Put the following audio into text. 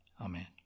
Amen